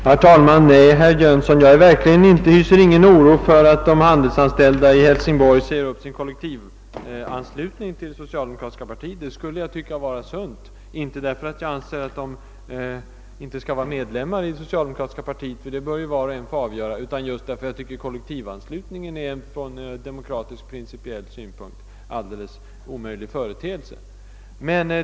Herr talman! Nej, herr Jönsson i Arlöv, jag hyser verkligen ingen oro för att de handelsanställda i Hälsingborg säger upp sin kollektivanslutning till socialdemokratiska partiet. Detta skulle jag tycka vara sunt, inte därför att jag anser att de inte skall vara medlemmar i socialdemokratiska partiet — det bör ju var och en få avgöra — utan därför att jag tycker, att kollektivanslutningen är en från demokratiskt principiell synpunkt alldeles omöjlig företeelse.